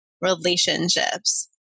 relationships